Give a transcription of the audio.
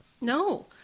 No